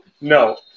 No